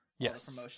yes